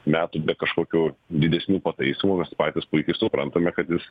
metų be kažkokių didesnių pataisymų mes pats puikiai suprantame kad jis